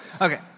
Okay